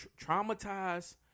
traumatized